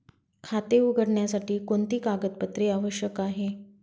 खाते उघडण्यासाठी कोणती कागदपत्रे आवश्यक आहे?